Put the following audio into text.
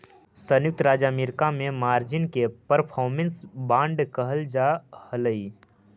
संयुक्त राज्य अमेरिका में मार्जिन के परफॉर्मेंस बांड कहल जा हलई